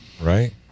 Right